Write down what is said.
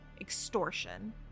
extortion